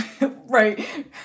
Right